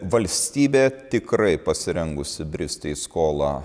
valstybė tikrai pasirengusi bristi į skolą